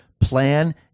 plan